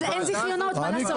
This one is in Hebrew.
אבל אין זיכיונות, מה לעשות?